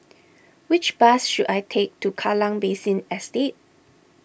which bus should I take to Kallang Basin Estate